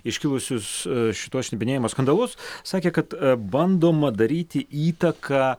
iškilusius šituos šnipinėjimo skandalus sakė kad bandoma daryti įtaką